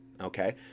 Okay